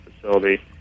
facility